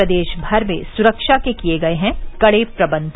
प्रदेश भर में सुरक्षा के किए गये हैं कड़े प्रबंध